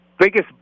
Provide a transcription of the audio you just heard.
biggest